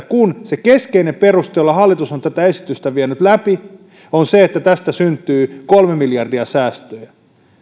kun se keskeinen perustelu jolla hallitus on tätä esitystä vienyt läpi on se että tästä syntyy kolme miljardia säästöjä